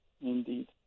Indeed